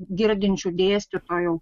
girdinčių dėstytojų